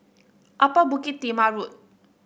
Upper Bukit Timah Road